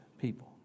people